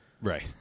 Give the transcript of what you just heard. right